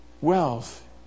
wealth